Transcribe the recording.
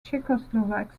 czechoslovak